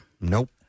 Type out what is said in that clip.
Nope